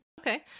Okay